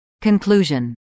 Conclusion